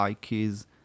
keys